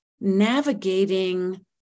navigating